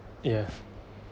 yes